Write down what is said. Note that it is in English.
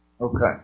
Okay